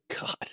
god